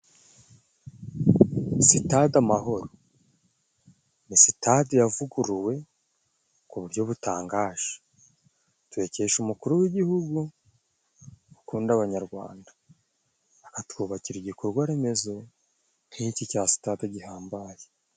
Sitade Amahoro ni sitade yavuguruwe ku buryo butangaje, tubikesha umukuru w'igihugu ukunda abanyarwanda, akatwubakira igikorwa remezo nk'iiki cya sitade gihambaye.